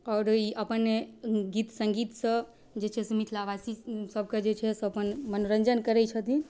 आओर ई अपन गीत सङ्गीतसँ जे छै से मिथिलावासी सबके जे छै से अपन मनोरञ्जन करै छथिन